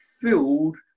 filled